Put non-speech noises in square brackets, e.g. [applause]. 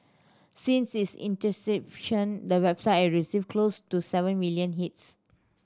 since its [unintelligible] the website at received close to seven million hits